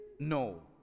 No